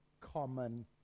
common